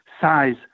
size